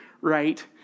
right